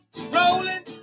Rolling